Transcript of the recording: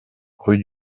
rue